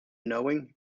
knowing